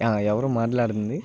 ఎవరు మాట్లాడుతుంది